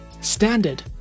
standard